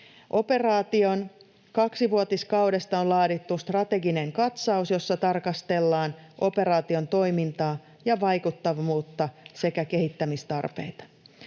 Operaation kaksivuotiskaudesta on laadittu strateginen katsaus, jossa tarkastellaan operaation toimintaa ja vaikuttavuutta sekä kehittämistarpeita.